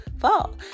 fall